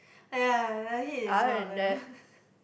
!aiya! the heat is one of them